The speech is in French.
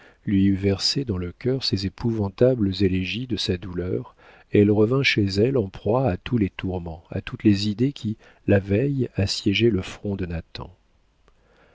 lui eut versé dans le cœur ces épouvantables élégies de sa douleur elle revint chez elle en proie à tous les tourments à toutes les idées qui la veille assiégeaient le front de